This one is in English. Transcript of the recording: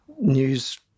news